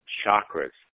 chakras